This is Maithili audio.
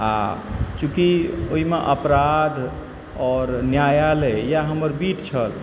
आ चूँकि ओहिमे अपराध आओर न्यायालय इएह हमर बीट छल